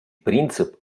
принцип